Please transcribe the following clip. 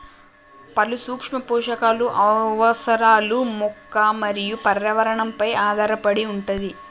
పలు సూక్ష్మ పోషకాలు అవసరాలు మొక్క మరియు పర్యావరణ పై ఆధారపడి వుంటది